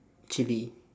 chili